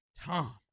Tom